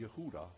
Yehuda